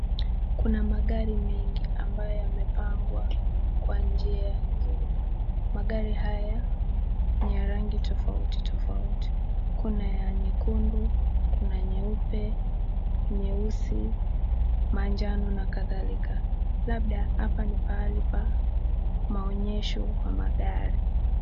Kuna magari mengi ambayo yamepangwa kwa njia nzuri, magari haya ni ya rangi tofautitofauti kuna ya nyekundu, kuna nyeupe, nyeusi, manjano na kadhalika, labda hapa ni pahali pa maonyesho wa magari.